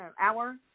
hour